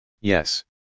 Yes